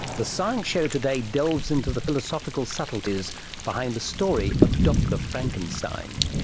the science show today delves into the philosophical subtleties behind the story of dr frankenstein.